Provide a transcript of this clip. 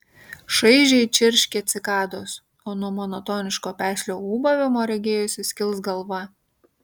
šaižiai čirškė cikados o nuo monotoniško peslio ūbavimo regėjosi skils galva